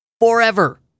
forever